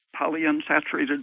Polyunsaturated